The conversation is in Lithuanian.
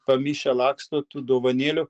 pamišę laksto tų dovanėlių